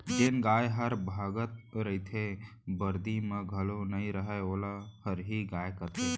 जेन गाय हर भागत रइथे, बरदी म घलौ नइ रहय वोला हरही गाय कथें